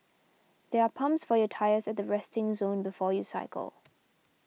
there are pumps for your tyres at the resting zone before you cycle